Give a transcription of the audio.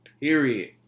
Period